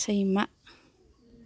सैमा